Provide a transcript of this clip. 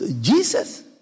Jesus